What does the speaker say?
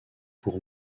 pour